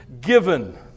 given